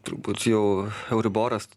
turbūt jau euriboras